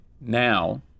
now